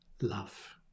love